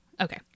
Okay